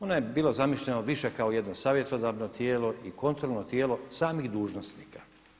Ono je bilo zamišljeno više kao jedno savjetodavno tijelo i kontrolno tijelo samih dužnosnika.